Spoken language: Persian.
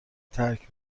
ترک